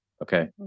Okay